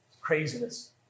Craziness